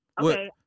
Okay